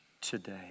today